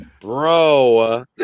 Bro